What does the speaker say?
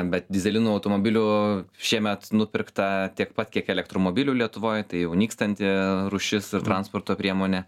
bet dyzelinu automobilių šiemet nupirkta tiek pat kiek elektromobilių lietuvoj tai jau nykstanti rūšis ir transporto priemonė